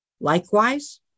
Likewise